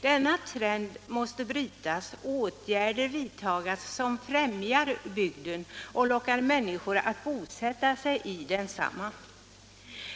Denna trend måste brytas och åtgärder vidtas som främjar bygden och lockar människor att bosätta sig i den.